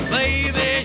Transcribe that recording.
Baby